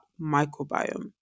microbiome